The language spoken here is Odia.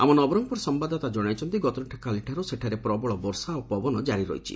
ଆମ ନବରଙ୍ଗପୁର ସୟାଦଦାତା ଜଣାଇଛନ୍ତି ଗତକାଲିଠାରୁ ସେଠାରେ ପ୍ରବଳ ବର୍ଷା ଓ ପବନ କାରି ରହିଛି